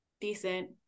decent